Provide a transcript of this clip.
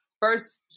First